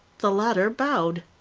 the latter bowed.